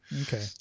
Okay